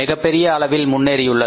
மிகப்பெரிய அளவில் முன்னேறியுள்ளது